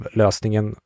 lösningen